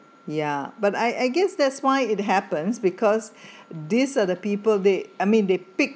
ya but I I guess that's why it happens because these are the people they I mean they pick